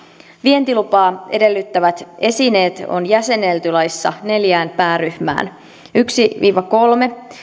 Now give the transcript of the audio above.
vientilupaa edellyttävät esineet on jäsennelty laissa neljään pääryhmään yksi viiva kolme